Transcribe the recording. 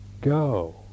go